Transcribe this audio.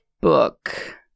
book